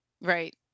right